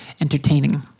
entertaining